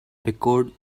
echoed